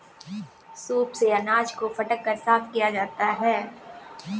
soup से अनाज को फटक कर साफ किया जाता है